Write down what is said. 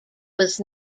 was